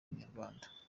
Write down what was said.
inyarwanda